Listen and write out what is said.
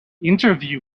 interview